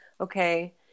okay